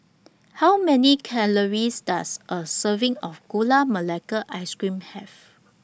How Many Calories Does A Serving of Gula Melaka Ice Cream Have